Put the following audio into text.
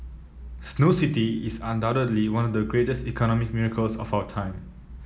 Snow City is undoubtedly one of the great economic miracles of our time